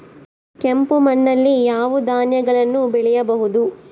ಕೆಂಪು ಮಣ್ಣಲ್ಲಿ ಯಾವ ಧಾನ್ಯಗಳನ್ನು ಬೆಳೆಯಬಹುದು?